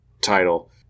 title